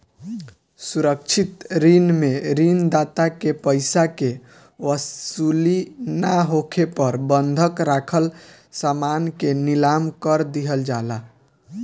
सुरक्षित ऋण में ऋण दाता के पइसा के वसूली ना होखे पर बंधक राखल समान के नीलाम कर दिहल जाला